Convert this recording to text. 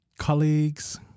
colleagues